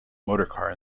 motorcar